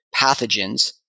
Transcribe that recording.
pathogens